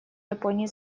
японии